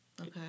Okay